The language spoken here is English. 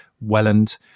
Welland